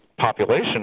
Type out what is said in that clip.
population